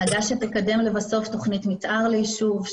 הנהגה שתקדם לבסוף תכנית מתאר לישוב,